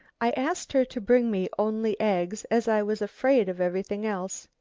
i asked her to bring me only eggs as i was afraid of everything else.